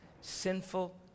sinful